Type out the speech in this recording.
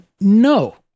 No